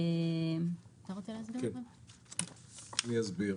אני אסביר.